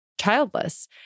childless